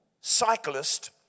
cyclist